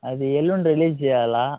అది ఎల్లుండి రిలీజ్ చేయాలి